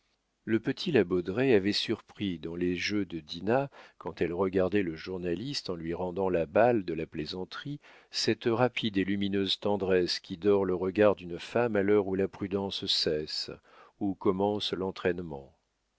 le petit la baudraye avait surpris dans les yeux de dinah quand elle regardait le journaliste en lui rendant la balle de la plaisanterie cette rapide et lumineuse tendresse qui dore le regard d'une femme à l'heure où la prudence cesse où commence